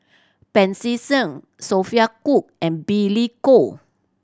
Pancy Seng Sophia Cooke and Billy Koh